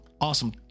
awesome